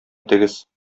итегез